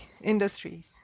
industry